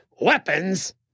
Weapons